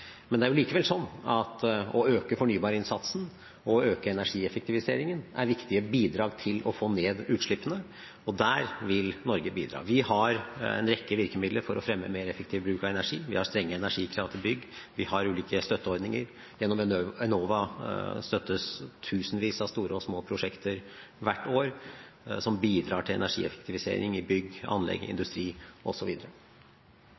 Men det er likevel sånn at å øke fornybarinnsatsen og å øke energieffektiviseringen er viktige bidrag til å få ned utslippene, og der vil Norge bidra. Vi har en rekke virkemidler for å fremme mer effektiv bruk av energi, vi har strenge energikrav til bygg, og vi har ulike støtteordninger – gjennom Enova støttes tusenvis av store og små prosjekter hvert år som bidrar til energieffektivisering i bygg, anlegg, industri